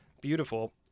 Beautiful